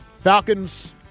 Falcons